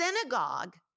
synagogue